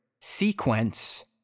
sequence